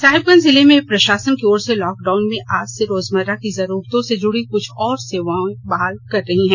साहिबगंज जिले में प्रशासन की ओर से लॉकडाउन में आज से रोजमर्रा की जरूरतों से जुड़ी कुछ और सेवाएं बहाल हो रही है